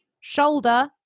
shoulder